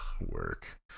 work